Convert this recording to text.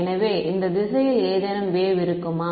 எனவே இந்த திசையில் ஏதேனும் வேவ் இருக்குமா